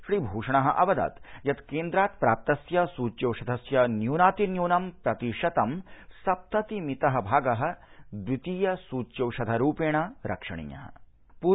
श्री भूषणः अवदत् यत् केन्द्रात् प्राप्तस्य सूच्यौषधस्य न्यूनातिन्यूनं प्रतिशतं सप्तति मितः भागः द्वितीय सूच्यौषधरूपेण रक्षणीयः